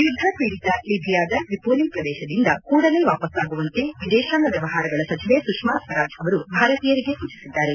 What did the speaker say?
ಯುದ್ದ ಪೀದಿತ ಲಿಬಿಯಾದ ತ್ರಿಪೋಲಿ ಪ್ರದೇಶದಿಂದ ಕೂಡಲೇ ವಾಪಾಸ್ಸಾಗುವಂತೆ ವಿದೇಶಾಂಗ ವ್ಯವಹಾರಗಳ ಸಚಿವೆ ಸುಷ್ಮಾ ಸ್ವರಾಜ್ ಅವರು ಭಾರತೀಯರಿಗೆ ಸೂಚಿಸಿದ್ದಾರೆ